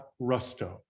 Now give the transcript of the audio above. Rusto